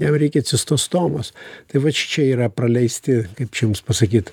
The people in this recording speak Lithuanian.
jam reikia cistostomos tai vat šičia yra praleisti kaip čia jums pasakyt